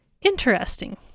Interesting